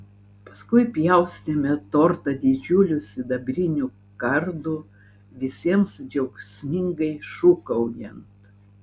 paskui pjaustėme tortą didžiuliu sidabriniu kardu visiems džiaugsmingai šūkaujant